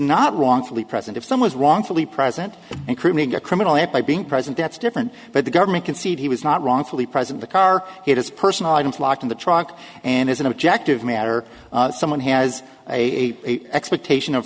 not wrongfully present if someone's wrongfully present and proving a criminal act by being present that's different but the government can see he was not wrongfully present the car has personal items locked in the truck and as an objective matter someone has a expectation of